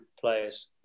players